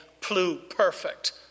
pluperfect